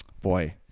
boy